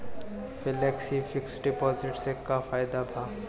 Flexi fix deposit से का फायदा भा?